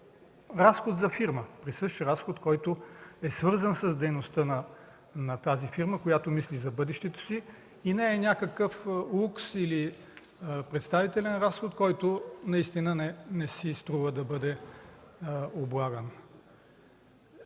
разход за фирма, присъщ разход, който е свързан с дейността на тази фирма, която мисли за бъдещето си и не е някакъв лукс или представителен разход, който наистина не си струва да бъде облаган.